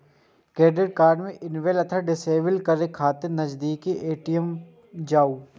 debit card कें enable अथवा disable करै खातिर नजदीकी ए.टी.एम जाउ